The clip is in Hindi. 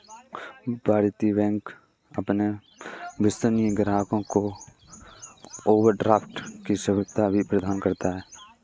वाणिज्य बैंक अपने विश्वसनीय ग्राहकों को ओवरड्राफ्ट की सुविधा भी प्रदान करता है